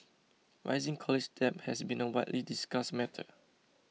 rising college debt has been a widely discussed matter